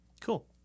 Cool